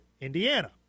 Indiana